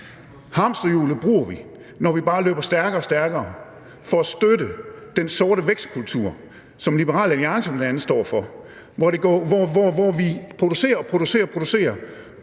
Hamsterhjulet bruger vi, når vi bare løber stærkere og stærkere for at støtte den sorte vækstkultur, som Liberal Alliance bl.a. står for, hvor vi producerer og producerer uden